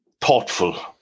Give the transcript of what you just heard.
thoughtful